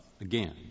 again